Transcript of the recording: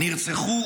נרצחו,